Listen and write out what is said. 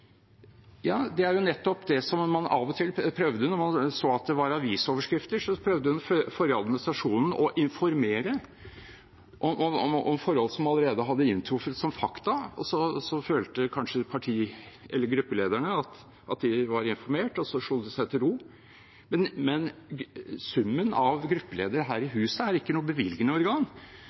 så at det var avisoverskrifter, prøvde den forrige administrasjonen å informere om forhold som allerede hadde inntruffet, som fakta, og så følte kanskje gruppelederne at de var informert, og slo seg til ro med det. Men summen av gruppeledere her i huset er ikke noe bevilgende organ.